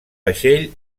vaixell